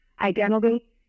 identity